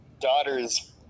daughter's